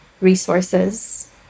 resources